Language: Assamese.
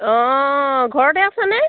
অঁ ঘৰতে আছেনে